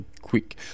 quick